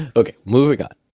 okay. moving on.